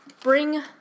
bring